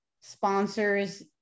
sponsors